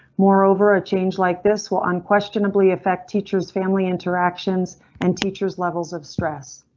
moreover, a change like this will unquestionably affect teachers, family interactions and teachers levels of stress.